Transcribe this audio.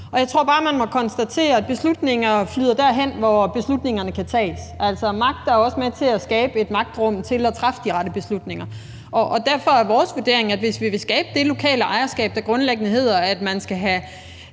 og jeg tror bare, man må konstatere, at beslutninger flyder derhen, hvor beslutningerne kan tages. Magt er også med til at skabe et magtrum til at træffe de rette beslutninger, og derfor er vores vurdering, at hvis vi vil skabe det lokale ejerskab, der grundlæggende hedder, at man skal have